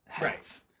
Right